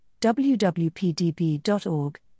WWPDB.org